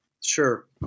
sure